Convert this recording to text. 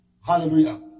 hallelujah